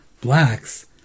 blacks